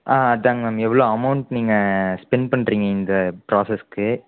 ஆ அதாங்க மேம் எவ்வளோ அமௌன்ட் நீங்கள் ஸ்பென்ட் பண்ணுறீங்க இந்த ப்ராஸஸ்க்கு